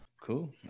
Cool